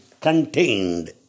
contained